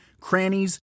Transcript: crannies